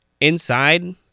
inside